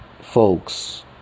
folks